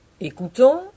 Écoutons «